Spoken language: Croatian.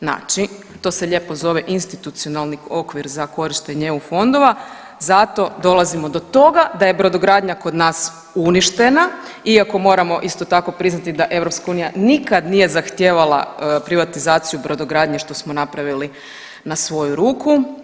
Znači to se lijepo zove institucionalni okvir za korištenje EU fondova zato dolazimo do toga da je brodogradnja kod nas uništena, iako moramo isto tako priznati da EU nikad nije zahtijevala privatizaciju brodogradnje što smo napravili na svoju ruku.